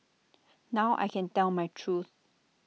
now I can tell my truth